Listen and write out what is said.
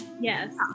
Yes